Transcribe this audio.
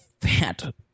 fat